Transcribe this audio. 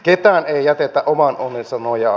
ketään ei jätetä oman onnensa nojaan